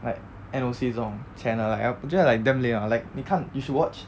like N_O_C 这种 channel like ah 我觉得 like damn lame ah 你看 you should watch